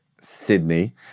Sydney